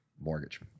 mortgage